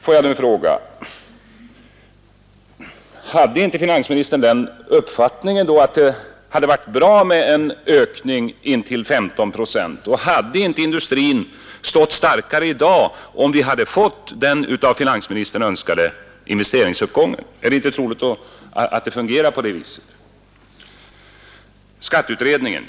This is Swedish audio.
Får jag nu fråga: Hade inte finansministern då den uppfattningen att det hade varit bra med en ökning intill 15 procent, och hade inte industrin stått starkare i dag, om vi hade fått den av finansministern önskade investeringsuppgången? Är det inte troligt att det fungerar på det sättet? Så till skatteutredningen.